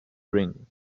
ring